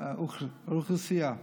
היקף האוכלוסייה.